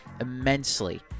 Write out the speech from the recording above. immensely